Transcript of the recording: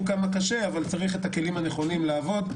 צריך את הכלים הנכונים לעבוד.